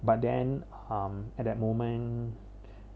but then hmm at that moment